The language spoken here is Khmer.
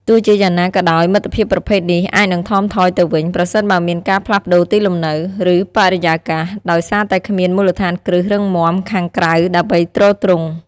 ទោះជាយ៉ាងណាក៏ដោយ មិត្តភាពប្រភេទនេះអាចនឹងថមថយទៅវិញ ប្រសិនបើមានការផ្លាស់ប្តូរទីលំនៅ ឬបរិយាកាស ដោយសារតែគ្មានមូលដ្ឋានគ្រឹះរឹងមាំខាងក្រៅដើម្បីទ្រទ្រង់។